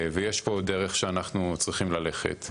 ויש פה דרך שאנחנו צריכים ללכת.